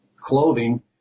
clothing